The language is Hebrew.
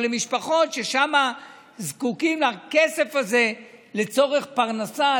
או למשפחות ששם זקוקים לכסף הזה לצורך פרנסה,